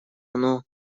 оно